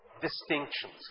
distinctions